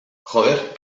joder